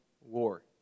war